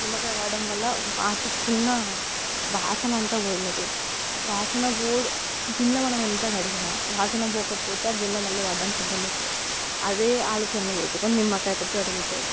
నిమ్మకాయ వాడడంవల్ల వాటికున్నా వాసనంత పోయేది వాసన గూడ గిన్నె మనమెంత కడిగినా వాసనపోకపోతే గిన్నె మళ్ళీ వాడడానికి ఇబ్బందయితది అవే ఆలోచనలు పెట్టుకుని నిమ్మకాయతోటి కడిగెటోళ్ళు